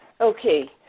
Okay